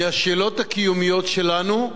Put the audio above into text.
מהשאלות הקיומיות שלנו.